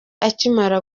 akimara